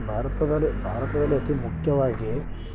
ಭಾರತದಲ್ಲಿ ಭಾರತದಲ್ಲಿ ಅತಿ ಮುಖ್ಯವಾಗಿ